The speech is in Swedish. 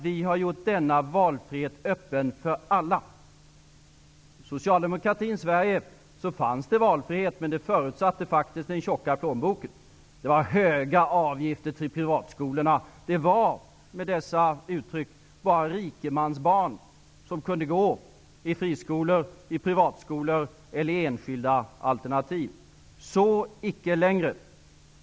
Vi har gjort denna valfrihet öppen för alla. I socialdemokratins Sverige fanns det valfrihet, men den förutsatte en tjock plånbok. Det var höga avgifter till privatskolorna. Det var bara rikemansbarn som kunde gå i friskolor, privatskolor eller enskilda alternativ. Så är det icke längre.